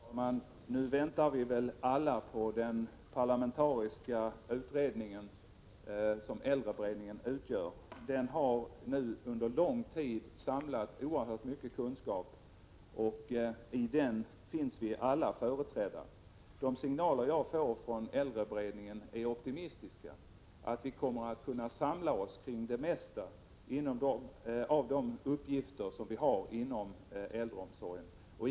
Herr talman! Nu väntar vi väl alla på resultatet av den parlamentariska utredning som äldreberedningen är. Den har nu under lång tid samlat oerhört mycket kunskap. I äldreberedningen finns riksdagens alla partier företrädda. De signaler jag får från äldreberedningen är optimistiska och tyder på att vi kommer att kunna samla oss kring de flesta av de uppgifter vi har inom äldreomsorgen.